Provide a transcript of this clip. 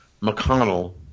McConnell